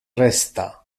resta